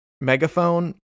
megaphone